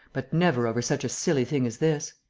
but never over such a silly thing as this.